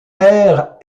aire